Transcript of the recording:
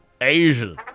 Asian